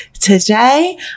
today